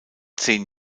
zehn